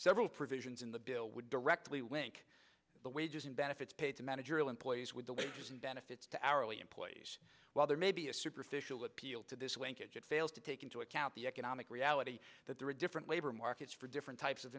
several provisions in the bill would directly link the wages and benefits paid to managerial employees with the wages and benefits to our early employees while there may be a superficial appeal to this wink it fails to take into account the economic reality that there are different labor markets for different types of